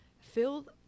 filled